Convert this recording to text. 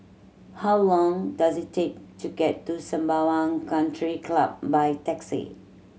how long does it take to get to Sembawang Country Club by taxi